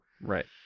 right